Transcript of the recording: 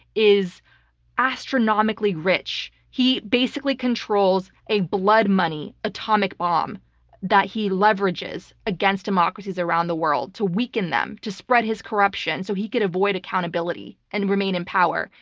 is astronomically rich. he basically controls a blood money atomic bomb that he leverages against democracies around the world to weaken them, to spread his corruption, so he could avoid accountability and remain in power,